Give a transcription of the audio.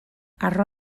harro